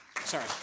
Sorry